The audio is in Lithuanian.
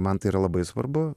man tai yra labai svarbu